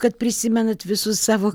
kad prisimenat visus savo